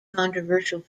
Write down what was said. controversial